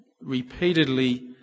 repeatedly